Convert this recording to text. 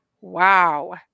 wow